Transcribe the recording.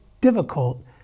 difficult